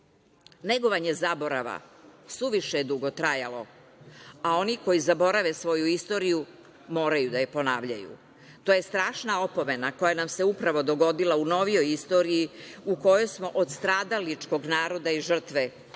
razrušen. Negovanje zaborava suviše je dugo trajalo, a oni koji zaborave svoju istoriju, moraju da je ponavljaju. To je strašna opomena koja nam se upravo dogodila u novijoj istoriji, u kojoj smo od stradalačkog naroda i žrtve, mi